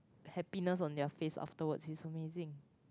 happiness on their face afterwards it's amazing